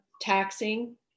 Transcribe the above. taxing